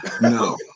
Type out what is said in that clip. No